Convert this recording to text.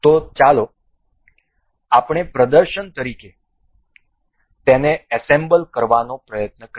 તો ચાલો આપણે પ્રદર્શન તરીકે તેને એસેમ્બલ કરવાનો પ્રયત્ન કરીએ